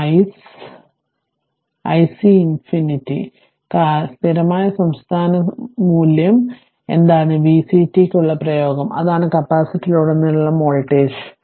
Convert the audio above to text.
ice ∞ എന്താണ് ഈ ഐസ് ∞ സ്ഥിരമായ സംസ്ഥാന മൂല്യം എന്താണ് Vct യ്ക്കുള്ള പദപ്രയോഗം അതാണ് കപ്പാസിറ്ററിലുടനീളമുള്ള വോൾട്ടേജ്